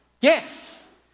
Yes